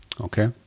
okay